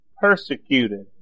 persecuted